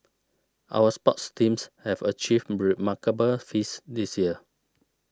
our sports teams have achieved remarkable feats this year